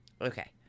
Okay